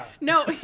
No